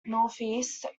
northeast